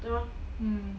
there are